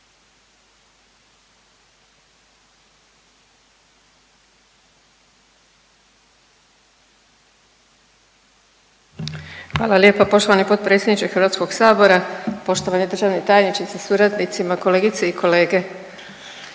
Hvala lijepo poštovani potpredsjedniče HS-a, poštovani državni tajniče sa suradnicima, kolegice i kolege.